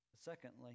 Secondly